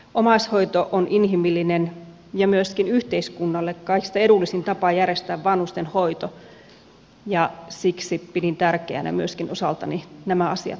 omaishoito on inhimillinen ja myöskin yhteiskunnalle kaikista edullisin tapa järjestää vanhusten hoito ja siksi pidin tärkeänä myöskin osaltani nämä asiat nostaa esiin